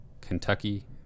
kentucky